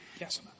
Yes